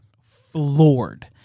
floored